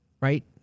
Right